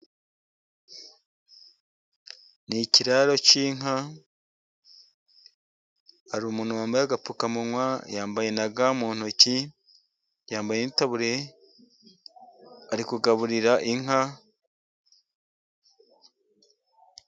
Ni ikiraro cy'inka hari umuntu wambaye agapfukamunwa, yambaye na ga mu ntoki, yambaye n'itaburiya arikugaburira inka.